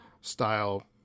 style